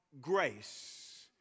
grace